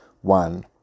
One